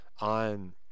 on